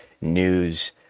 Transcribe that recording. news